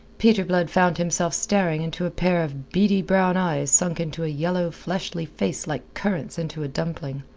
peter blood found himself staring into a pair of beady brown eyes sunk into a yellow, fleshly face like currants into a dumpling.